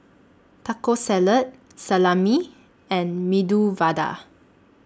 Taco Salad Salami and Medu Vada